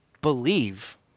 believe